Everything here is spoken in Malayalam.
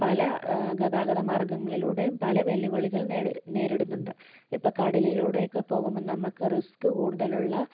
പല ഗതാഗത മാർഗ്ഗങ്ങളിലൂടെയും പല വെല്ലുവിളികൾ നേരിടുന്നുണ്ട് ഇപ്പം കടലിലൂടെ ഒക്കെ പോകുമ്പോൾ നമുക്ക് റിസ്ക് കൂടുതലുള്ള